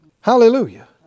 Hallelujah